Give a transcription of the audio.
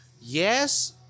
Yes